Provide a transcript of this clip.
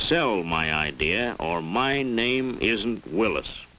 sell my idea or my name isn't willis